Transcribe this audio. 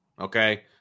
okay